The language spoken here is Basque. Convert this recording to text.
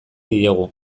diegu